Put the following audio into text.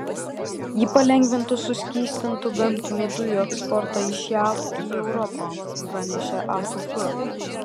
ji palengvintų suskystintų gamtinių dujų eksportą iš jav į europą pranešė afp